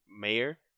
mayor